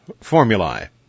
formulae